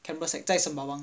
canberra sec 在 sembawang